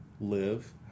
live